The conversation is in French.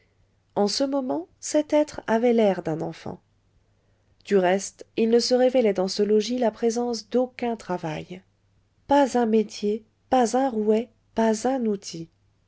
en ce moment cet être avait l'air d'un enfant du reste il ne se révélait dans ce logis la présence d'aucun travail pas un métier pas un rouet pas un outil